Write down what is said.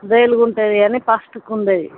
బేలుగా ఉంటుంది కానీ గాని ఫస్టుకు ఉంటుంది